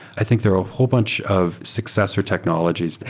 i think there are a whole bunch of successor technologies.